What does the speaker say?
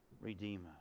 Redeemer